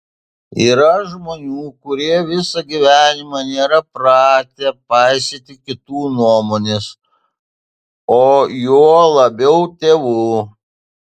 yra žmonių kurie visą gyvenimą nėra pratę paisyti kitų nuomonės o juo labiau tėvų